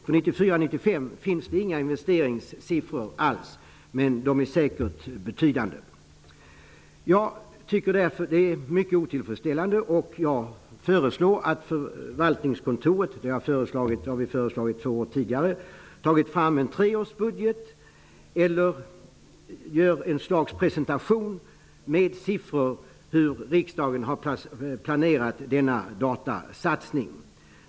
För 1994/95 finns det inte några investeringssiffror alls. Men det är säkert fråga om betydande belopp. Jag tycker således att situationen är mycket otillfredsställande och föreslår att förvaltningskontoret -- samma sak har vi föreslagit för två år sedan -- tar fram en treårsbudget eller gör ett slags presentation med siffror för att visa hur riksdagen har planerat denna datasatsning.